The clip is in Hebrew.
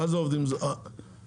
לאיזה עובדים זרים אתה מתכוון?